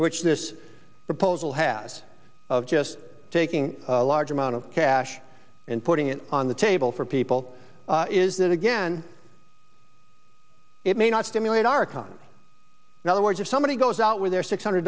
which this proposal has of just taking a large amount of cash and putting it on the table for people is that again it may not stimulate our economy in other words if somebody goes out with their six hundred